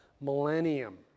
millennium